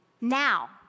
Now